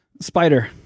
Spider